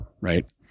right